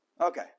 okay